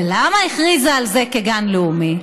ולמה הכריזה על זה כגן לאומי?